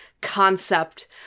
concept